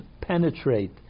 penetrate